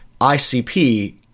ICP